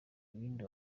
ibindi